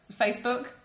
Facebook